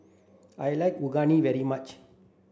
I like Unagi very much